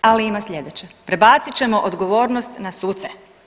Ali ima slijedeće, prebacit ćemo odgovornost na suce.